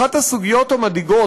אחת הסוגיות המדאיגות,